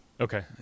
Okay